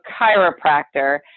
chiropractor